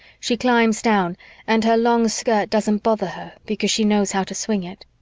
she climbs down and her long skirt doesn't bother her because she knows how to swing it.